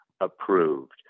approved